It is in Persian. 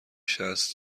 شصت